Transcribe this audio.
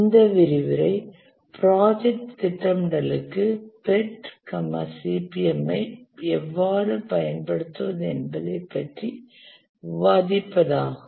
இந்த விரிவுரை ப்ராஜெக்ட் திட்டமிடலுக்கு PERT CPM ஐ எவ்வாறு பயன்படுத்துவது என்பது பற்றி விவாதிப்பதாகும்